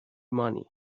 money